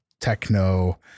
techno